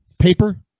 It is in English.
paper